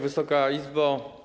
Wysoka Izbo!